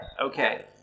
Okay